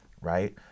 Right